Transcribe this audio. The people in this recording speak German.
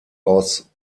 aus